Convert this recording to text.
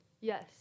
Yes